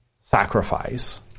sacrifice